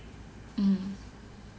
mm